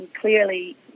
Clearly